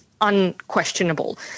unquestionable